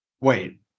Wait